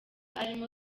arimo